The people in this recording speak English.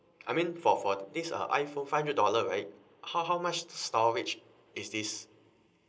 I mean for for this uh iphone five hundred dollar right how how much storage is this